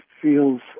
feels